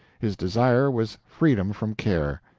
his desire was freedom from care.